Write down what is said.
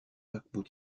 paquebot